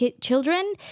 children